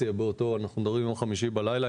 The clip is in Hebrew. אנחנו מדברים על יום חמישי בלילה,